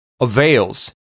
avails